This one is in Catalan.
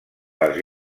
les